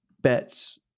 bets